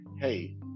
Hey